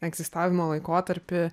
egzistavimo laikotarpį